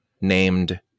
named